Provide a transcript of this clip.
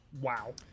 Wow